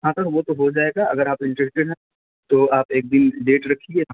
हाँ सर वो तो हो जाएगा अगर आप इंटरेस्टेड हैं तो आप एक दिन डेट रखिए